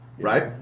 right